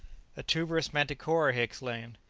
a tuberous manticora! he exclaimed.